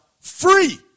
free